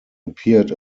appeared